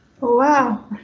Wow